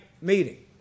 meeting